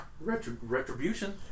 Retribution